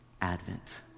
advent